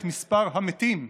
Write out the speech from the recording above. את מספר המתים מהקורונה,